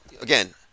again